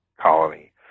colony